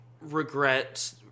regret